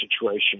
situation